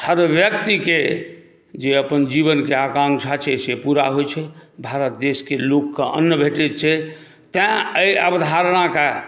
हर व्यक्तिके जे अपन जीवनके आकांक्षा छै से पूरा होइ छै भारत देशके लोकके अन्न भेटै छै तेँ एहि अवधारणाके